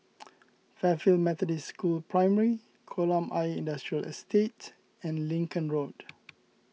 Fairfield Methodist School Primary Kolam Ayer Industrial Estate and Lincoln Road